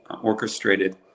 orchestrated